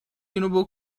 اینو